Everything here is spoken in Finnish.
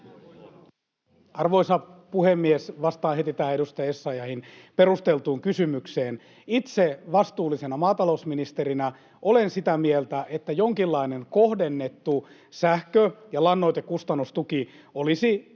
Arvoisa puhemies! Vastaan heti tähän edustaja Essayahin perusteltuun kysymykseen. Itse vastuullisena maatalousministerinä olen sitä mieltä, että jonkinlainen kohdennettu sähkö- ja lannoitekustannustuki olisi vielä